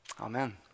Amen